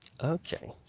Okay